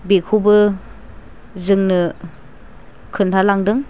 बेखौबो जोंनो खोन्थालांदों